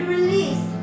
release